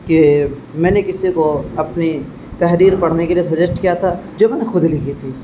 کہ میں نے کسی کو اپنی تحریر پڑھنے کے لیے سجیسٹ کیا تھا جو میں نے خودلی کیھی تھی